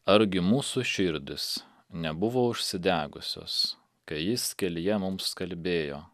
argi mūsų širdys nebuvo užsidegusios kai jis kelyje mums kalbėjo